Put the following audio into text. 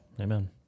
amen